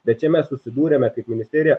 bet čia mes susidūrėme kaip ministerija